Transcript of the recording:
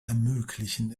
ermöglichen